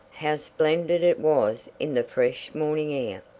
how splendid it was in the fresh morning air!